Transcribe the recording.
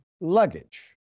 luggage